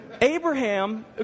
Abraham